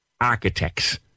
architects